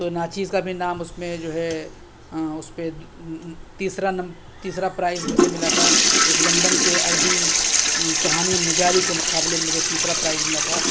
تو نا چیز کا بھی نام اُس میں جو ہے اُس پہ تیسرا نم تیسرا پرائز مجھے ملا تھا ایک لندن کے عربی کہانی نگاری کے مقابلے مجھے تیسرا پرائز ملا تھا